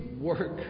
work